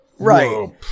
Right